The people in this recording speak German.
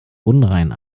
unrein